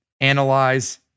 analyze